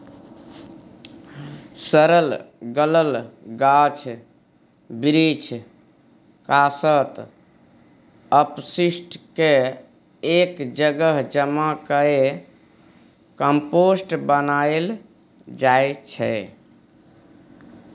सरल गलल गाछ बिरीछ, कासत, अपशिष्ट केँ एक जगह जमा कए कंपोस्ट बनाएल जाइ छै